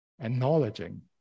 acknowledging